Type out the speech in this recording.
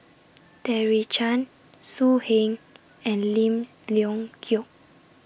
Terry Tan So Heng and Lim Leong Geok